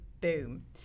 boom